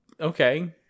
Okay